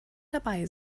dabei